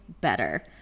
better